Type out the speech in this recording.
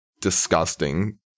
disgusting